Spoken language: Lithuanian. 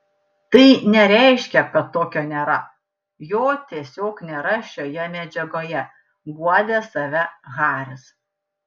tai nereiškia kad tokio nėra jo tiesiog nėra šioje medžiagoje guodė save haris